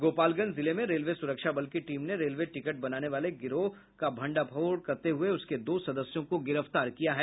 गोपालगंज जिले में रेलवे सुरक्षा बल की टीम ने रेलवे टिकट बनाने वाले गिरोह का भंडाफोड़ करते हुये उसके दो सदस्यों को गिरफ्तार किया है